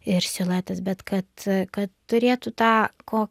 ir siluetas bet kad kad turėtų tą ko